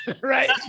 Right